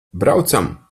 braucam